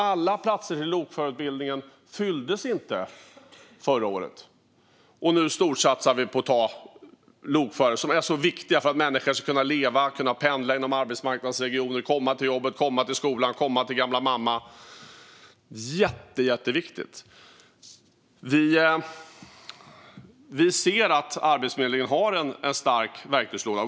Alla platser i lokförarutbildningen fylldes inte förra året. Nu storsatsar vi på att ta in lokförare, som är viktiga för att människor ska kunna leva och pendla inom arbetsmarknadsregioner, komma till jobbet, komma till skolan, komma till gamla mamma - jätteviktigt! Vi ser att Arbetsförmedlingen har en stark verktygslåda.